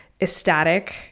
ecstatic